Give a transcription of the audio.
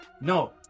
No